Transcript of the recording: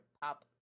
pop